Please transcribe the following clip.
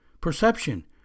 Perception